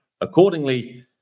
accordingly